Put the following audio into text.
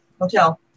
hotel